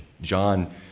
John